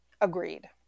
Agreed